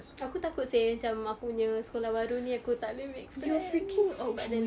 aku takut seh macam aku punya sekolah baru ni aku tak boleh make friends but then like